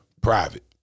private